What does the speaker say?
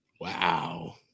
Wow